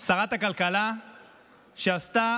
שרת הכלכלה שעשתה